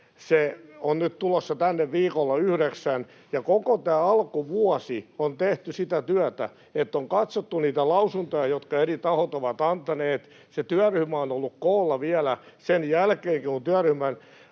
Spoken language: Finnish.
se on nyt tulossa tänne viikolla yhdeksän — ja koko tämä alkuvuosi on tehty sitä työtä, että on katsottu niitä lausuntoja, jotka eri tahot ovat antaneet. Se työryhmä on ollut koolla vielä sen jälkeenkin, kun työryhmän